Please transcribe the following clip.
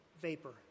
vapor